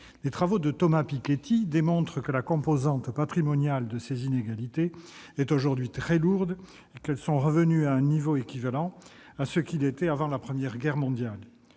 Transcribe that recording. Les travaux de Thomas Piketty démontrent que la composante patrimoniale de ces inégalités est aujourd'hui très lourde : les inégalités sont revenues, peu ou prou, à leur niveau d'avant la Première Guerre mondiale.